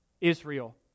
Israel